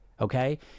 Okay